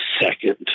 second